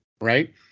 right